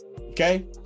Okay